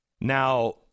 Now